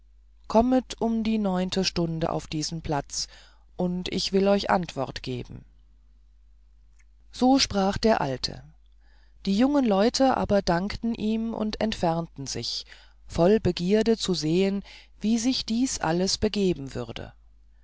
kommet um die neunte stunde auf diesen platz und ich will euch antwort geben so sprach der alte die jungen leute aber dankten ihm und entfernten sich voll begierde zu sehen wie sich dies alles begeben würde